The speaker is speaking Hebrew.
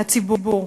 לציבור,